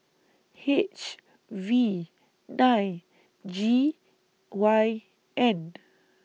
H V nine G Y N